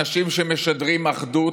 אנשים שמשדרים אחדות,